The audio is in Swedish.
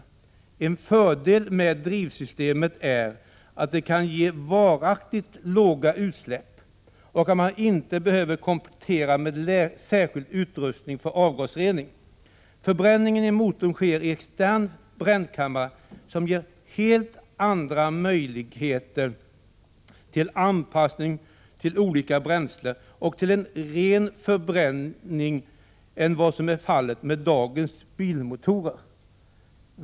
En fördel med drivsystemet är att det kan ge varaktigt låga utsläpp och att man inte behöver komplettera med särskild utrustning för avgasrening. Förbränningen i motorn sker i extern brännkammare som ger helt andra möjligheter till anpassning till olika bränslen och till en ren förbränning än vad fallet är med dagens bilmotorer.